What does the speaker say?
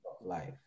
life